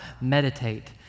Meditate